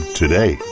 today